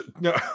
no